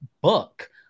book